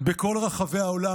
בכל רחבי העולם,